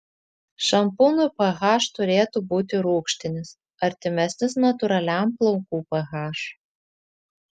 šampūnų ph turėtų būti rūgštinis artimesnis natūraliam plaukų ph